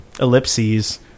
Ellipses